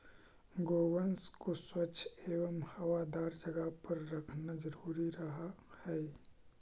गोवंश को स्वच्छ एवं हवादार जगह पर रखना जरूरी रहअ हई